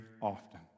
often